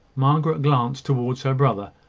margaret glanced towards her brother,